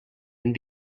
and